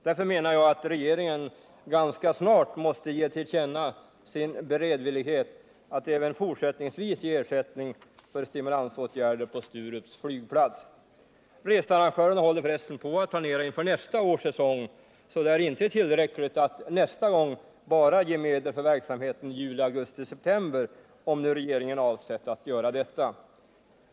Därför anser jag att regeringen ganska snart måste ge till känna sin beredvillighet att även fortsättningsvis ge ersättning för stimulansåtgärder till förmån för Sturups flygplats. Researrangörerna håller för resten på att planera inför nästa års säsong, varför det inte är tillräckligt att nästa gång bara ge medel för verksamheten i juli, augusti och september, om nu regeringen avser att göra detta.